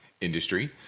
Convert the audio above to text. industry